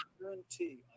guarantee